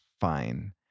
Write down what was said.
Fine